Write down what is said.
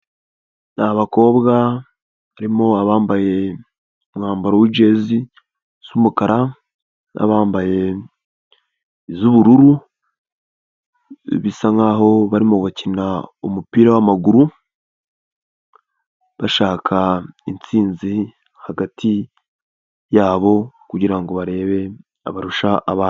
Ni abakobwa barimo abambaye umwambaro w'ijezi z'umukara n'abambaye iz'ubururu bisa nkaho barimo bakina umupira w'amaguru bashaka intsinzi hagati yabo kugira ngo barebe abarusha abandi.